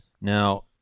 Now